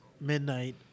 midnight